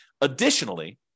Additionally